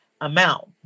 amount